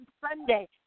Sunday